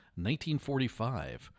1945